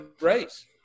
race